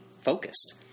focused